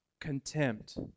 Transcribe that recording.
contempt